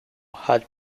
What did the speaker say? had